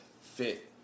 fit